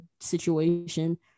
situation